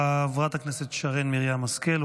חברת הכנסת שרן מרים השכל,